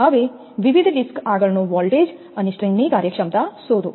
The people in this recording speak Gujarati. હવે વિવિધ ડિસ્ક આગળ નો વોલ્ટેજ અને સ્ટ્રિંગની કાર્યક્ષમતા શોધો